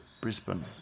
brisbane